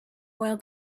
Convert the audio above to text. oil